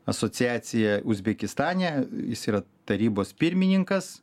asociacija uzbekistane jis yra tarybos pirmininkas